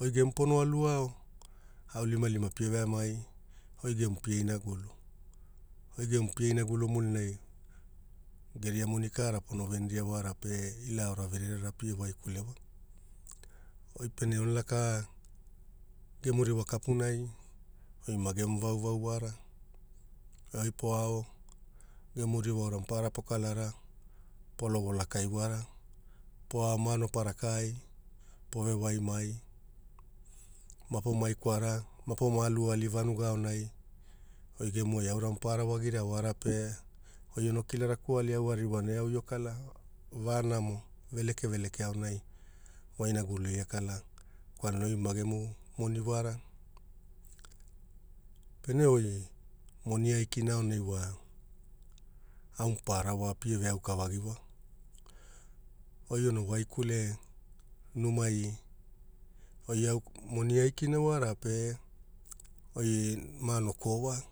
oi gemu pono alu ao aulimalima pia veamai, oi gemu pie inagulu, oi gemu pie inagulu mulinai geria moni kaara pono veniria wara pe, ila aora vererera pia waikulu wa, oi pene ono laka gemu ririwa kapunai, oi magemu vauvau wara, ravai po ao gemu ririwa aura mapaara pokalara, polovo lakai wara. Poao maanopara kaai, pove waimai, mapomai kwara, mapoma alu ali vanuga aonai, oi gemu ai aura mapaara wagia pe, oi ono kila rakuali, au aririwana eau io kala, vaanamo veleke veleke aonai wainagulu ia kalaa kwalana oi magemu moni wara. Pene oi moni aikina aonai wa, au mapaara wa, pieve aokavagi wa. Oi ono waikule numai, oi au moni aikina wara pe, oi maano koo wa